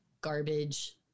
garbage